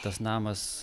tas namas